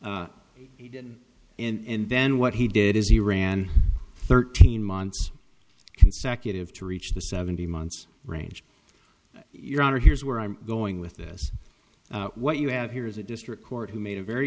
he didn't and then what he did is he ran thirteen months consecutive to reach the seventy months range your honor here's where i'm going with this what you have here is a district court who made a very